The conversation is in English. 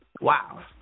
Wow